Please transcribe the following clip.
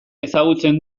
ezagutzen